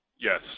Yes